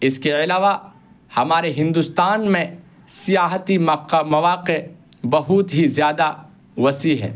اس کے علاوہ ہمارے ہندوستان میں سیاحتی مواقع بہت ہی زیادہ وسیع ہے